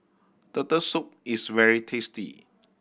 Turtle Soup is very tasty